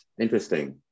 Interesting